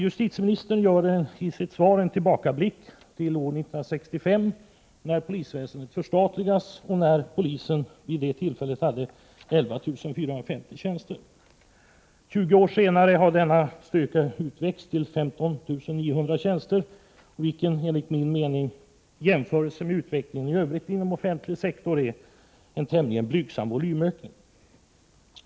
Justitieministern gör i sitt svar en tillbakablick till år 1965, när polisväsendet förstatligades och när polisen hade 11 450 tjänster. 20 år senare har denna styrka växt till 15 900 tjänster, vilket enligt min mening i jämförelse med utvecklingen i övrigt inom den offentliga sektorn är en tämligen blygsam volymökning.